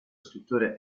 scrittore